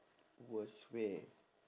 worst way